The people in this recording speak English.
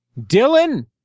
Dylan